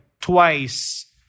twice